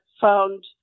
found